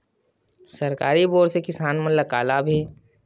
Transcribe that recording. सरकारी बोर से किसान मन ला का लाभ हे?